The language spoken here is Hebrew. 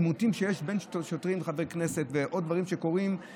עימותים שיש בין שוטרים לחברי כנסת ועוד דברים שקורים,